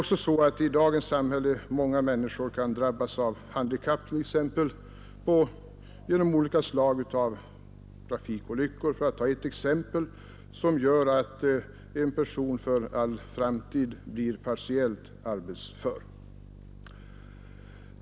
I dagens samhälle kan många människor drabbas av handikapp, t.ex. genom olika slag av trafikolyckor som gör att de för all framtid blir partiellt arbetsföra.